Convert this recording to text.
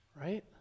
right